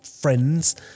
friends